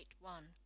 one